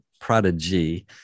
prodigy